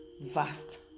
vast